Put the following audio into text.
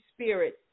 Spirit